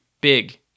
big